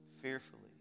fearfully